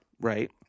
Right